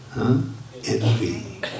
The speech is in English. envy